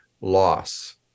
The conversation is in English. loss